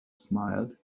smiled